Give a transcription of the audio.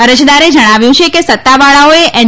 અરજદારે જણાવ્યું છે કે સત્તાવાળાઓએ એન